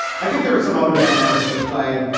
i think there are some other dynamics at play.